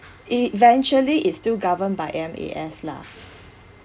eventually it's still governed by M_A_S lah